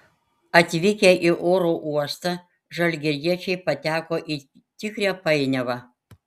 atvykę į oro uostą žalgiriečiai pateko į tikrą painiavą